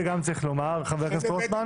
זה גם צריך לומר, חבר הכנסת רוטמן.